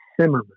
Simmerman